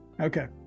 Okay